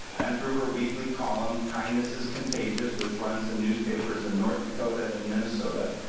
and through her weekly column kindness is contagious, which runs in newspapers in north dakota and minnesota,